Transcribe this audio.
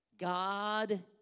God